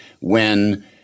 when-